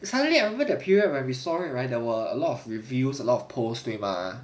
suddenly until it appear when we saw it right there were a lot of reviews a lot of posts 对吗